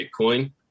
Bitcoin